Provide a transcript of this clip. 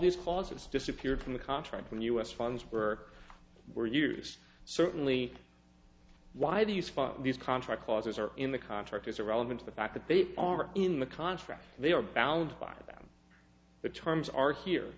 these clauses disappeared from the contract from us funds were were used certainly why these funds these contract clauses are in the contract is irrelevant to the fact that they are in the contract they are bound by that the terms are here